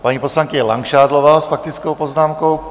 Paní poslankyně Langšádlová s faktickou poznámkou.